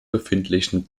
befindlichen